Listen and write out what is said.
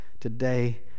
today